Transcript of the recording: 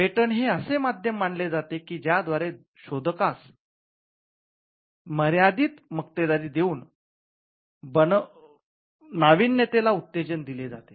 patent हे असे माध्यम मानले जाते की ज्या द्वारे शोधकास मर्यादित मक्तेदारी देऊन नाविण्यतेला उत्तेजन दिले जाते